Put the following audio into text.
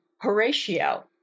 Horatio